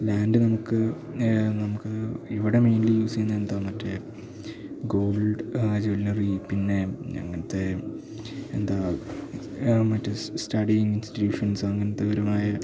land നമുക്ക് നമുക്ക് ഇവിടെ മെയിൻലി യൂഡസെയ്യുന്ന എന്താ മറ്റേ ഗോൾഡ് ജ്വല്ലറി പിന്നെ അങ്ങനത്തെ എന്താ മറ്റേ സ്റ്റഡി ഇൻസ്റ്റിറ്റ്യൂഷൻസ് അങ്ങനത്തെപരമായ